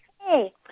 Hey